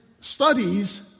studies